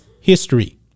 history